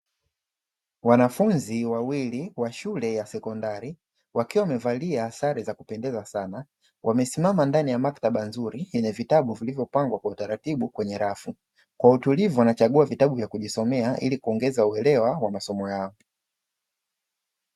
Wanafunzi wawili wa shule ya sekondari wakiwa wamevalia sare za kupendeza sana. Wamesimama ndani ya maktaba nzuri yenye vitabu vilivyopangwa kwa utaratibu kwenye rafu. Kwa utulivu wanachagua vitabu vya kujisomea ili kuongeza uelewa wa masomo yao.